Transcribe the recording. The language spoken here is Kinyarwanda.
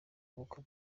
ubukwe